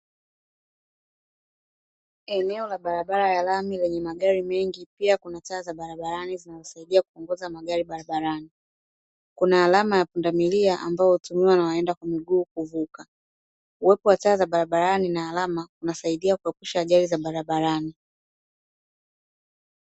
Eneo la barabara ya lami lenye magari mengi, pia kuna taa za barabarani ninazosaidia kuongoza magari barabarani. Kuna alama ya pundamilia ambayo hutumiwa na waenda kwa miguu kuvuka, uwepo wa taa za barabarani na alama kunasaidia kuepusha ajali za barabarani.